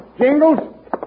Jingles